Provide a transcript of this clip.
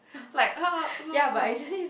like